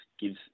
gives